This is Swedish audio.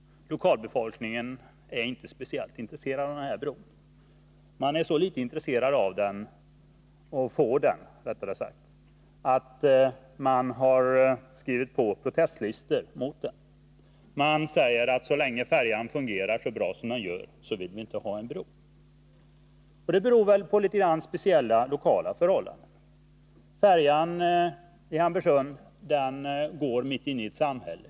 Lokalbefolkningen är inte särskilt intresserad av den här bron. Man är så litet intresserad av att få den att man har skrivit på protestlistor mot den. Man säger att så länge färjan fungerar så bra som den gör vill man inte ha en bro. Detta beror väl i någon mån på speciella lokala förhållanden. Färjan i Hamburgsund går mitt inne i ett samhälle.